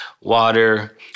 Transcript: water